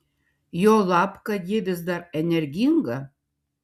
juolab kad ji vis dar energinga